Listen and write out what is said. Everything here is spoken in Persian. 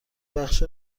بخش